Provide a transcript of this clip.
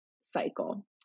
cycle